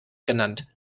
genannt